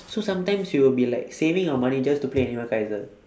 so sometimes we will be like saving our money just to play animal kaiser